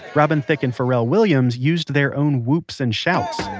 robin thicke and pharrell williams used their own woops and shouts.